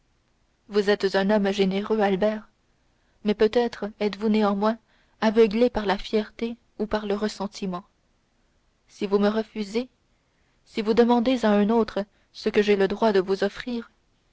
vous êtes un homme généreux albert mais peut-être êtes-vous néanmoins aveuglé par la fierté ou par le ressentiment si vous me refusez si vous demandez à un autre ce que j'ai le droit de vous offrir